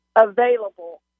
available